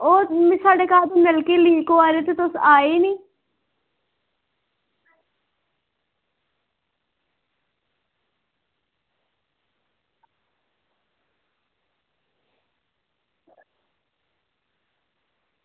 ओह् साढ़े घर नलके लीक होआ दे ते तुस आए निं